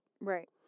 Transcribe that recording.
Right